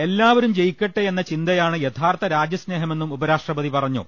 എല്ലാവരും ജയിക്കട്ടേയെന്ന ചിന്തയാണ് യഥാർത്ഥ രാജ്യ സ്നേഹമെന്നും ഉപരാഷ്ട്രപതി പറഞ്ഞു